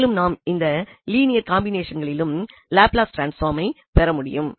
மேலும் நாம் இந்த லீனியர் காம்பினேஷன்களின் லாப்லஸ் டிரான்ஸ்பாமை பெறமுடியும்